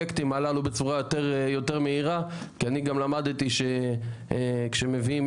כל אמירה של שיתוף פעולה שמתחילה בהתלהמות